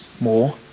more